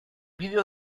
vídeo